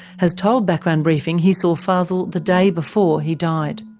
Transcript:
has told background briefing he saw fazel the day before he died.